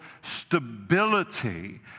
stability